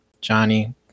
Johnny